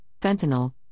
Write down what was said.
fentanyl